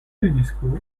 l’unesco